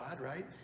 right